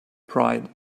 pride